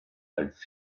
als